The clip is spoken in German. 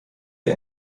der